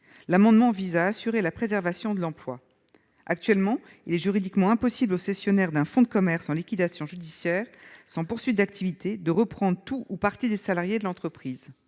amendement vise à assurer la préservation de l'emploi. Actuellement, il est juridiquement impossible au cessionnaire d'un fonds de commerce en liquidation judiciaire sans poursuite d'activité de reprendre tout ou partie des salariés de l'entreprise.